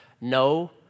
no